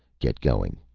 get going.